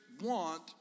want